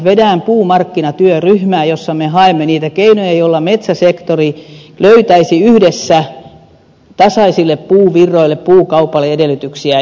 vedän puumarkkinatyöryhmää jossa me haemme niitä keinoja joilla metsäsektori löytäisi yhdessä tasaisille puuvirroille puukaupalle edellytyksiä